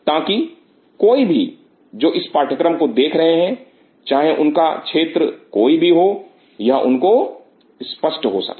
ताकि कोई भी जो इस पाठ्यक्रम को देख रहे हैं चाहे उनका क्षेत्र कोई भी हो यह उनको स्पष्ट हो सके